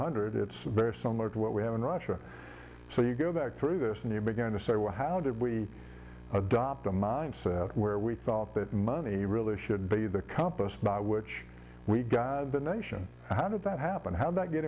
hundred it's very similar to what we have in russia so you go back through this and you begin to say well how did we adopt a mindset where we thought that money really should be the compass by which we got the nation how did that happen how that get